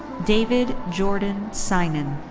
david jordan synan.